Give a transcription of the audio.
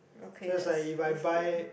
okay that's that's good